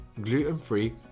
gluten-free